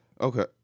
Okay